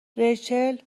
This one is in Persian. ریچل